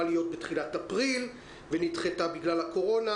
להיות בתחילת אפריל ונדחתה בגלל הקורונה,